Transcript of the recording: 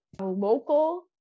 local